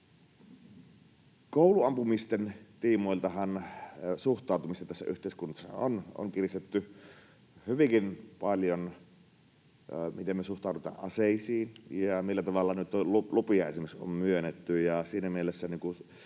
Kouluampumisten tiimoiltahan suhtautumista tässä yhteiskunnassa on kiristetty hyvinkin paljon siinä, miten me suhtaudutaan aseisiin, ja esimerkiksi siinä, millä tavalla lupia on myönnetty,